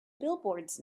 billboards